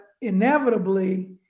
inevitably